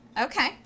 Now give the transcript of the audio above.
Okay